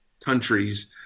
countries